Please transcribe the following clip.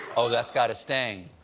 oh, that's got to sting.